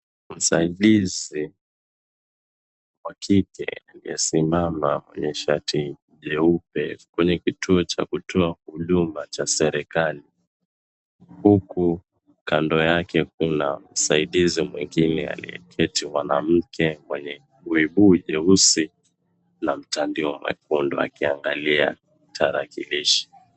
Msaidizi wa kike aliyesimama mwenye shati nyeupe kwenye kituo cha kutoa huduma cha serikali huku kando yake kuna msaidizi mwingine aliyeketi mwanamke mwenye buibui nyeusi na mtandio mwekundu akiangalia tarakilishi.